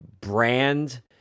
brand